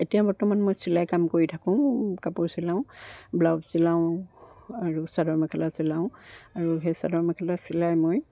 এতিয়া বৰ্তমান মই চিলাই কাম কৰি থাকোঁ কাপোৰ চিলাওঁ ব্লাউজ চিলাওঁ আৰু চাদৰ মেখেলা চিলাওঁ আৰু সেই চাদৰ মেখেলা চিলাই মই